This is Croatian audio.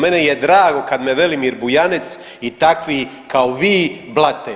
Meni je drago kad me Velimir Bujanec i takvi kao vi blate.